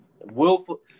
Willful